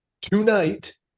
tonight